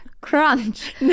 Crunch